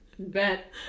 Bet